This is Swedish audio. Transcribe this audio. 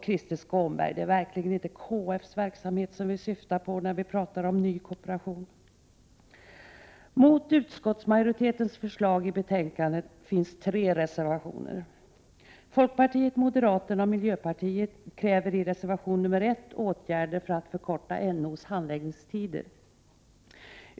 Krister Skånberg, det är verkligen inte KF:s verksamhet vi syftar på när vi talar om ny kooperation. Mot utskottsmajoritetens förslag i betänkandet finns tre reservationer. Folkpartiet, moderaterna och miljöpartiet kräver i reservation nr 1 åtgärder för att förkorta NO:s handläggningstider.